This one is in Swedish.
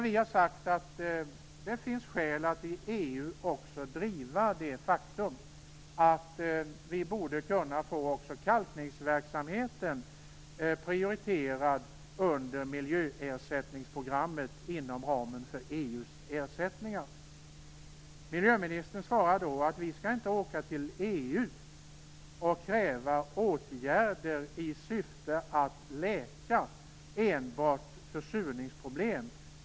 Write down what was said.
Vi har sagt att det finns skäl att också i EU driva att vi borde kunna få kalkningsverksamheten prioriterad under miljöersättningsprogrammet inom ramen för EU:s ersättningar. Miljöministern svarade då: Vi skall inte åka till EU för att kräva åtgärder i syfte att enbart läka försurningsproblem.